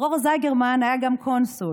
דרור זיגרמן היה גם קונסול.